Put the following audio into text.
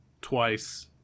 twice